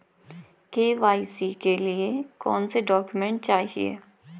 KYC के लिए कौनसे डॉक्यूमेंट चाहिये?